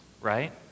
right